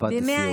משפט לסיום.